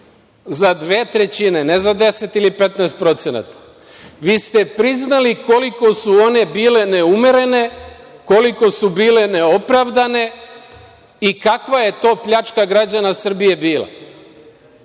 za dve trećine, ne za 10 ili 15%, vi ste priznali koliko su one bile neumerene, koliko su bile neopravdane i kakva je to pljačka građana Srbije bila. Sada